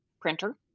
printer